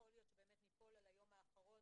שיכול להיות שבאמת ניפול על היום האחרון